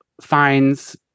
finds